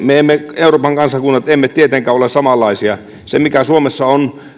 me euroopan kansakunnat emme tietenkään ole samanlaisia ja se mikä suomessa on